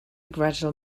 gradual